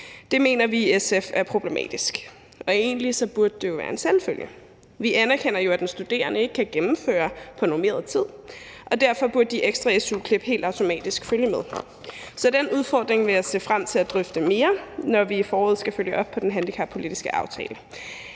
Det mener vi i SF er problematisk. Egentlig burde det jo være en selvfølge. Vi anerkender jo, at den studerende ikke kan gennemføre på normeret tid, og derfor burde de ekstra su-klip helt automatisk følge med. Så den udfordring vil jeg se frem til at drøfte mere, når vi i foråret skal følge op på den handicappolitiske aftale.